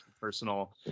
personal